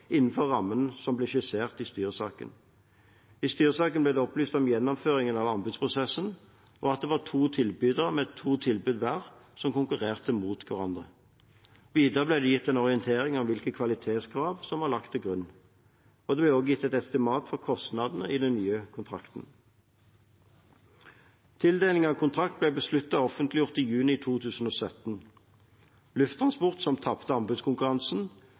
innenfor rammene som ble skissert i styresaken. I styresaken ble det opplyst om gjennomføringen av anbudsprosessen, og at det var to tilbydere med to tilbud hver som konkurrerte mot hverandre. Videre ble det gitt en orientering om hvilke kvalitetskrav som var lagt til grunn. Det ble også gitt estimat for kostnadene i den nye kontrakten. Tildeling av kontrakt ble besluttet og offentliggjort i juni 2017. Lufttransport, som tapte anbudskonkurransen,